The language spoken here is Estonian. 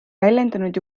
väljendanud